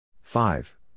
Five